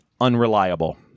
unreliable